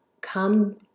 come